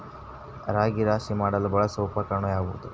ರಾಗಿ ರಾಶಿ ಮಾಡಲು ಬಳಸುವ ಉಪಕರಣ ಯಾವುದು?